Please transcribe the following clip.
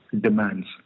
demands